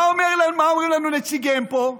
מה אומרים לנו נציגיהם פה?